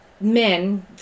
men